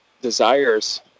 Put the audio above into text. desires